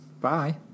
bye